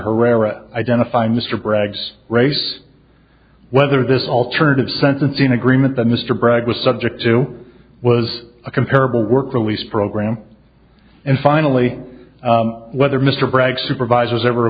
herrera identify mr bragg's race whether this alternative sentencing agreement that mr bragg was subject to was a comparable work release program and finally whether mr bragg supervisors ever